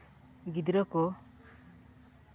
ᱜᱤᱫᱽᱨᱟᱹ ᱠᱚ